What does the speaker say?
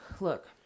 Look